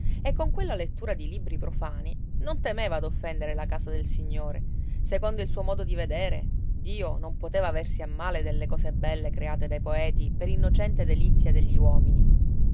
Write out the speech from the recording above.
e con quella lettura di libri profani non temeva d'offendere la casa del signore secondo il suo modo di vedere dio non poteva aversi a male delle cose belle create dai poeti per innocente delizia degli uomini